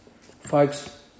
Folks